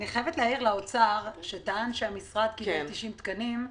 אני חייבת להעיר לאוצר שטען שהמשרד קיבל 90 תקנים,